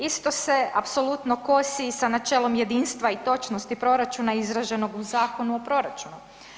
Isto se apsolutno kosi i sa načelom jedinstva i točnosti proračuna izraženog u Zakonu o proračunu.